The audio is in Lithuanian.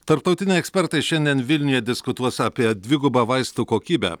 tarptautiniai ekspertai šiandien vilniuje diskutuos apie dvigubą vaistų kokybę